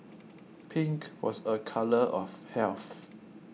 pink was a colour of health